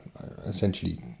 essentially